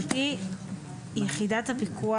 יחידת הפיקוח